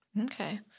Okay